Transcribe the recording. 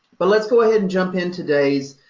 but let's go ahead and jump in today's,